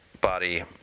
body